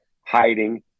hiding